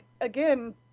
again